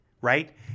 right